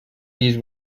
these